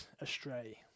astray